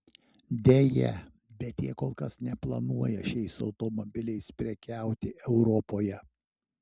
deja bet jie kol kas neplanuoja šiais automobiliais prekiauti europoje